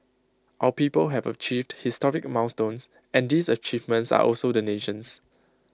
our people have achieved historic milestones and these achievements are also the nation's